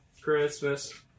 Christmas